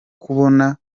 kubona